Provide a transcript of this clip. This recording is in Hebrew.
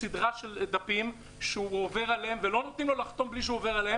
סדרה של דפים ולא נותנים לו לחתום בלי שהוא עובר עליהם,